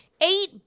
eight